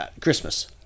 Christmas